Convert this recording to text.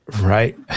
Right